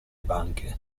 banche